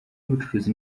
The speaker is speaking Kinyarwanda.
y’ubucuruzi